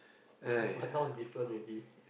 but now is different already